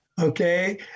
Okay